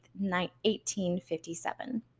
1857